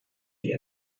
die